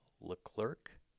LeClerc